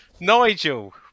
Nigel